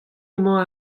emañ